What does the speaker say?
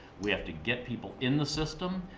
we have to get people in the system.